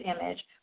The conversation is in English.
image